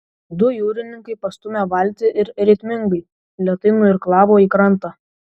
du jūrininkai pastūmė valtį ir ritmingai lėtai nuirklavo į krantą